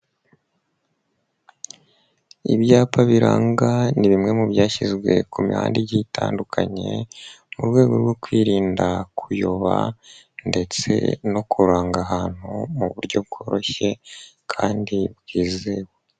Ibyapa biranga ni bimwe mu byashyizwe ku mihanda igi itandukanye mu rwego rwo kwirinda kuyoba ndetse no kuranga ahantu mu buryo bworoshye kandi bwizewe.